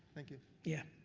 thank you. yeah.